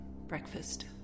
Breakfast